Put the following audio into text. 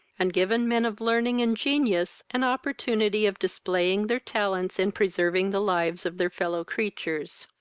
and given men of learning and genius an opportunity of displaying their talents in preserving the lives of their fellow creatures.